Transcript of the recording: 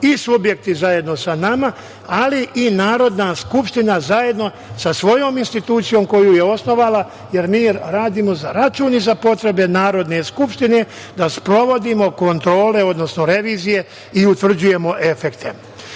i subjekti zajedno sa nama, ali i Narodna skupština zajedno sa svojom institucijom koju je osnovala, jer mi radimo za računi za potrebe Narodne skupštine da sprovodimo kontrole, odnosno revizije i utvrđujemo efekte. Dakle,